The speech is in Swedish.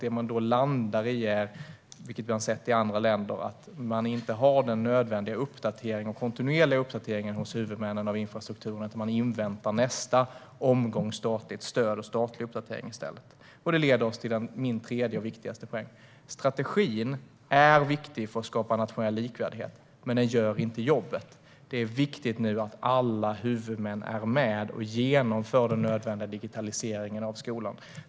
Det man då landar i, vilket vi har sett i andra länder, är nämligen att man inte gör den nödvändiga och kontinuerliga uppdateringen av infrastrukturen hos huvudmännen utan i stället inväntar nästa omgång statligt stöd och statliga uppdateringar. Detta leder oss till min tredje och viktigaste poäng: Strategin är viktig för att skapa nationell likvärdighet, men den gör inte jobbet. Det är viktigt att alla huvudmän nu är med och genomför den nödvändiga digitaliseringen av skolan.